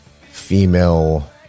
female